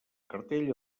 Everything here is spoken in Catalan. cartell